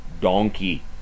donkey